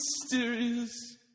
mysterious